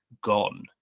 gone